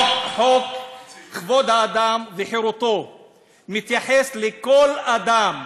חוק כבוד האדם וחירותו מתייחס לכל אדם.